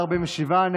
אני